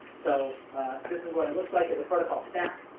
so this is what it looks like as a protocol stack.